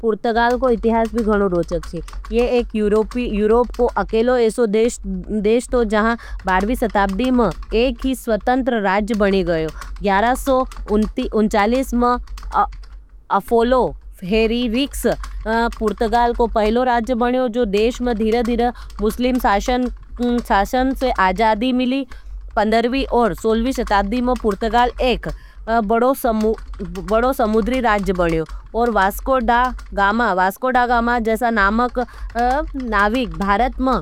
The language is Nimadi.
पूर्तगाल को इतिहास भी घणो रोचक छे। ये एक यूरोप को अकेलो एसो देश तो जहां बारहवी शताब्दी में एक ही स्वतंत्र राज बनी गयो। ग्यारह सौ ऊंचालिस में अफोलो, हेरी, रिक्स पूर्तगाल को पहलो राज बनियो जो देश में धिरदिर मुस्लिम शासन से आजादी मिली। पन्द्रहवी और सौलहवी शताब्दी में पुर्तगाल एक बड़ो समुद्री राज बनियो और वासकोडागामा वासकोडागामा जैसा नामक नाविक भारत में